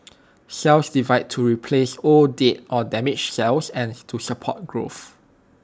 cells divide to replace old dead or damaged cells and to support growth